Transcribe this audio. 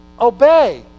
obey